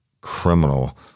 criminal